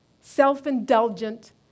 self-indulgent